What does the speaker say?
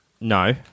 No